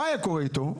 מה היה קורה איתו?